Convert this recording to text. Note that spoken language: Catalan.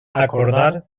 acordar